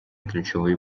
ключевые